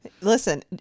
listen